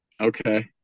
Okay